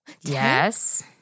Yes